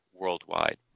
worldwide